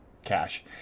cash